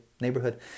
neighborhood